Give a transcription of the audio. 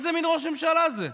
איזה מין ראש ממשלה זה?